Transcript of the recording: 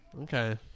Okay